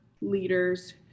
leaders